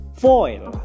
foil